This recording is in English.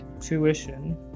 tuition